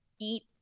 eat